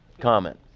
comment